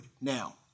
Now